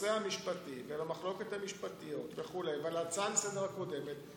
לנושא המשפטי ולמחלוקות המשפטיות וכו' ולהצעת הסדר-היום הקודמת,